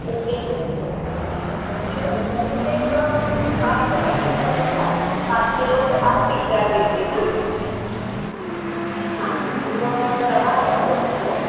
एक एक किलोच आहे का ठीक आहे मग सनीचे एक पाचचं पॅकेट पाहिजे मला पाच किलो म्हणजे पाच पिशव्या मिळतील ना हां आणखीन रवा हवा दोन किलो